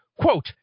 quote